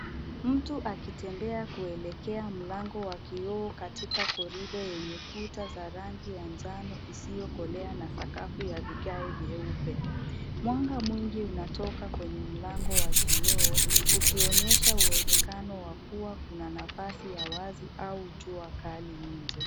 Mtu akitembea kuelekea mlango wa kioo katika korido yenye kuta za rangi ya njano isiyokolea na sakafu ya vigae vyeupe. Mwanga mwingi unatoka kwenye mlango wa kioo , ukionyesha uwezekano wa kuwa kuna nafasi ya wazi au jua kali nje.